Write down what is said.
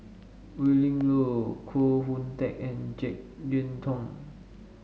Willin Low Koh Hoon Teck and JeK Yeun Thong